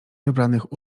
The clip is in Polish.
wybranych